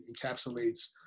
encapsulates